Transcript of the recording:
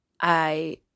I-